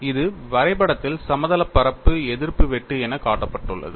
இது வரைபடத்தில் சமதளப் பரப்பு எதிர்ப்பு வெட்டு என காட்டப்பட்டுள்ளது